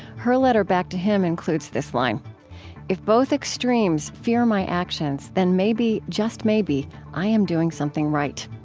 her letter back to him includes this line if both extremes fear my actions then maybe, just maybe i am doing something right.